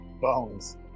bones